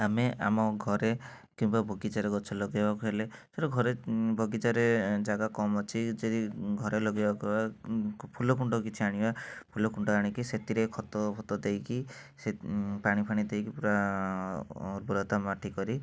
ଆମେ ଆମ ଘରେ କିମ୍ବା ବଗିଚାରେ ଗଛ ଲଗେଇବାକୁ ହେଲେ ଘରେ ବଗିଚାରେ ଜାଗା କମ୍ ଅଛି ଯଦି ଘରେ ଲଗେଇବାକୁ ଆ ଫୁଲ କୁଣ୍ଡ କିଛି ଆଣିବା ଫୁଲ କୁଣ୍ଡ ଆଣିକି ସେଥିରେ ଖତ ଫତ ଦେଇକି ସେ ପାଣି ଫାଣି ଦେଇକି ପୂରା ଉର୍ବରତା ମାଟି କରି